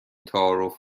تعارف